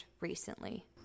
recently